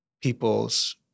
people's